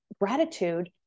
gratitude